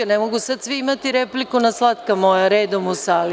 Ne mogu sada svi imati repliku na „slatka moja“, redom u sali.